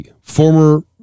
former